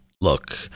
look